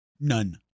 None